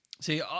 see